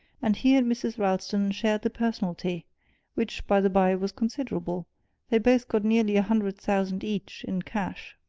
and he and mrs. ralston shared the personalty which, by-the-by, was considerable they both got nearly a hundred thousand each, in cash.